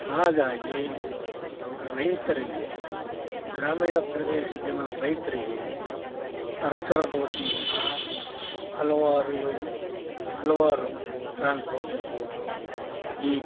ಹಾಗಾಗಿ ರೈತರಿಗೆ ಗ್ರಾಮೀಣ ಪ್ರದೇಶ ಜನ ರೈತರಿಗೆ ಸರ್ಕಾರದ ವತಿಯಿಂದ ಹಲವಾರು ಯೋಜನೆ ಹಲವಾರು ಟ್ರಾನ್ಸ್ಪೋರ್ಟ್ ಇರ್ಬೋದು ಈ